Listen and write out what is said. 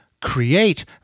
create